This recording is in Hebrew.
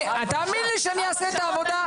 תאמין לי שאני אעשה את העבודה.